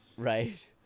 Right